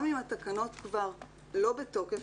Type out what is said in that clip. גם אם התקנות כבר לא בתוקף,